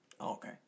Okay